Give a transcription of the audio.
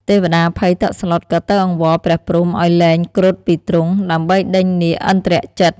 ទេវតាភ័យតក់ស្លុត ក៏ទៅអង្វរព្រះព្រហ្មឱ្យលែងគ្រុឌពីទ្រុង ដើម្បីដេញនាគឥន្ទ្រជិត។